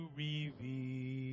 reveal